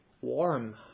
warm